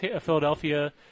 Philadelphia